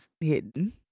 hidden